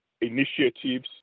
initiatives